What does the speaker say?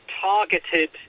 targeted